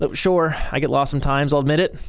ah sure, i get lost sometimes, i'll admit it.